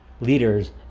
leaders